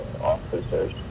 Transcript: officers